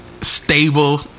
Stable